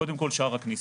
קודם כל, שער הכניסה.